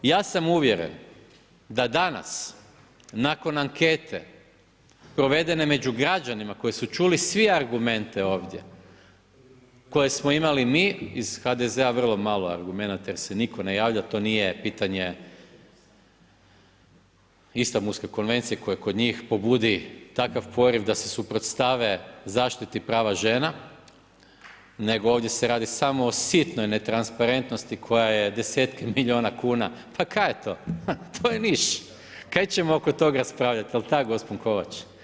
Ja sam uvjeren da danas nakon ankete provedene među građanima koji su čuli svi argumente ovdje, koje smo imali mi iz HDZ-a vrlo malo argumenata jer se nitko ne javlja, to nije pitanje Istanbulske konvencije koje kod njih pobudi takav poriv da se suprotstave zaštiti prava žena, nego ovdje se radi samo o sitnoj netransparentnosti koja je desetke milijuna kuna, pa kaj je to, to je niš, kaj ćemo oko tog raspravljat, jel tak gospon Kovač?